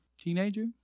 teenager